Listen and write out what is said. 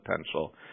potential